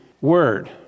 word